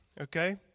Okay